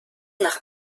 nach